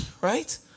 right